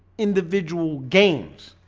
individual games